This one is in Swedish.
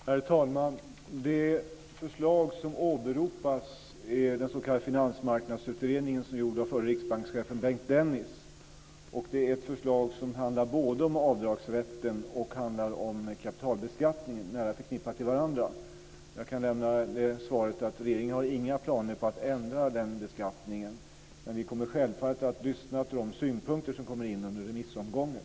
Herr talman! Det förslag som åberopas är den s.k. finansmarknadsutredningen som är gjord av förre riksbankschefen Bengt Dennis. Det är ett förslag som handlar om både avdragsrätten och kapitalbeskattningen. De är nära förknippade med varandra. Jag kan nämna att regeringen har inga planer på att ändra den beskattningen, men vi kommer självfallet att lyssna på de synpunkter som kommer in under remissomgången.